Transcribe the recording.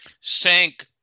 Sank